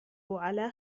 على